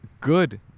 good